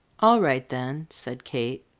all right, then, said kate.